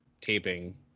taping